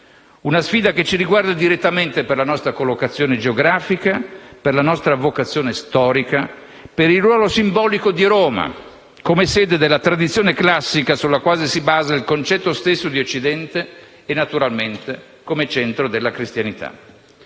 una sfida globale che ci riguarda direttamente per la nostra collocazione geografica, la nostra vocazione storica e il ruolo simbolico di Roma come sede della tradizione classica su cui si basa il concetto stesso di Occidente e, naturalmente, come centro della cristianità.